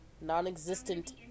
Non-existent